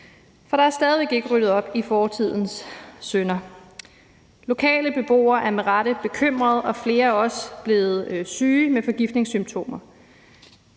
For der er stadig væk ikke ryddet op i fortidens synder. Lokale beboere er med rette bekymrede, og flere er også blevet syge med forgiftningssymptomer.